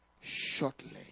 shortly